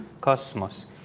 cosmos